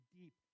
deep